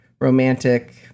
romantic